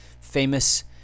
famous